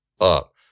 up